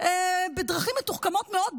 בדרכים מתוחכמות מאוד,